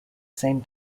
same